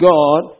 God